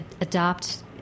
adopt